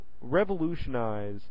revolutionize